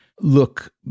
look